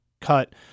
cut